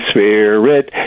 Spirit